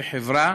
כחברה,